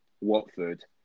Watford